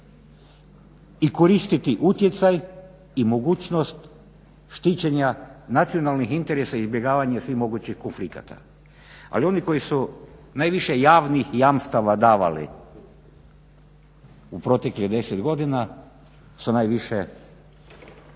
i koristiti utjecaj i mogućnost štićenja nacionalnih interesa i izbjegavanje svih mogućih konflikata. Ali oni koji su najviše javnih jamstava davali u proteklih deset godina sa najviše prekršaja